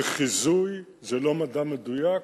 זה חיזוי, זה לא מדע מדויק,